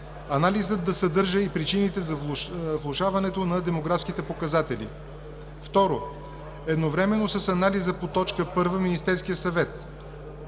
Анализът да съдържа и причините за влошаването на демографските показатели. ΙΙ. Едновременно с анализа по т. Ι, Министерският съвет: